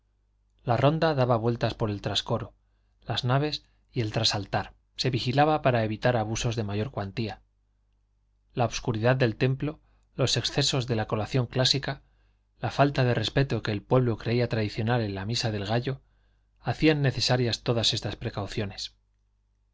la ronda daba vueltas por el trascoro las naves y el trasaltar se vigilaba para evitar abusos de mayor cuantía la obscuridad del templo los excesos de la colación clásica la falta de respeto que el pueblo creía tradicional en la misa del gallo hacían necesarias todas estas precauciones